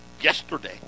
yesterday